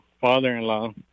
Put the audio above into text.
father-in-law